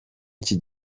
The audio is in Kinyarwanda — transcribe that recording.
iki